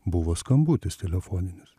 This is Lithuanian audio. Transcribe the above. buvo skambutis telefoninis